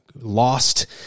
lost